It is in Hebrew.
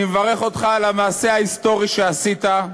אני מברך אותך על המעשה ההיסטורי שעשית,